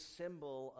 symbol